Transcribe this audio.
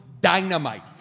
dynamite